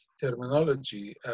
terminology